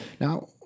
now